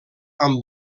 amb